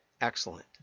Excellent